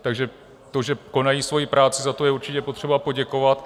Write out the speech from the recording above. Takže to, že konají svoji práci, za to je určitě potřeba poděkovat.